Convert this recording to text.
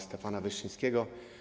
Stefana Wyszyńskiego.